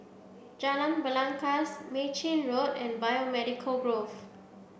Jalan Belangkas Mei Chin Road and Biomedical Grove